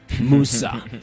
Musa